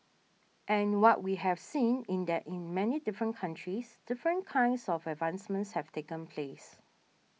and what we had seen is that in many different countries different kinds of advancements have taken place